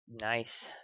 Nice